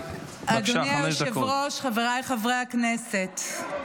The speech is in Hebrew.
אדוני היושב-ראש, חבריי חברי הכנסת,